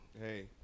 Hey